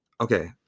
Okay